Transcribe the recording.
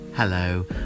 Hello